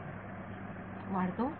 विद्यार्थी वाढतो